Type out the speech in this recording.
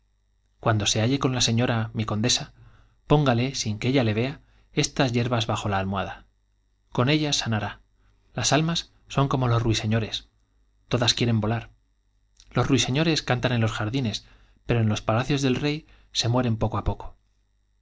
cuando se halle con la señora mi condesa póngale sin que ella le vea estas hierbas bajo la almohada con ellas sanará las almas son como los ruiseñores todas quieren volar los ruiseñores cantan los en jardines pero en los palacios del rey se mueren poco á poco